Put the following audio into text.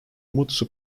mutsu